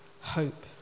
hope